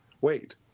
wait